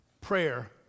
prayer